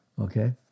Okay